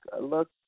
look